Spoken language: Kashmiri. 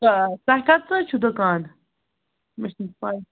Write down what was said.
آ تۄہہِ کَتٮ۪تھ حظ چھُو دُکان مےٚ چھُ نہٕ پَے